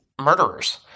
murderers